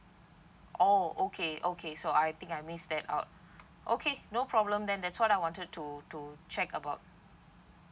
oh okay okay so I think I miss that out okay no problem then that's what I wanted to to check about